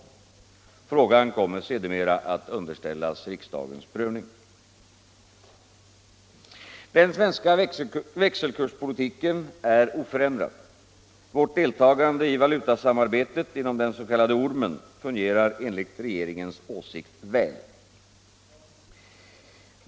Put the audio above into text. Frågan kommer sedermera att underställas riksdagens prövning. Den svenska växelkurspolitiken är oförändrad. Vårt deltagande i valutasamarbetet inom ”ormen” fungerar enligt regeringens åsikt väl.